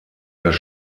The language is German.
das